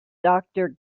doctor